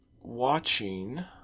watching